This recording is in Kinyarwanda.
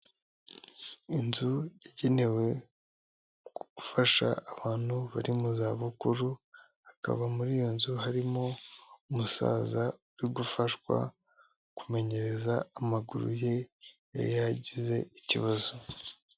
Inzu yagenewe gufasha abantu bari mu za bukuru, hakaba muri iyo nzu harimo umusaza uri gufashwa kumenyereza amaguru ye yari yaragize ikibazo.